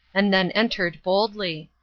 and then entered boldly.